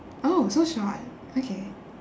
oh so short okay